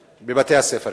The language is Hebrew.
בבתי-הספר?